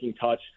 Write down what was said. touch